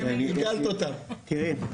תראי,